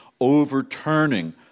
overturning